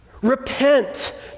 Repent